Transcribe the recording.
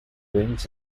wins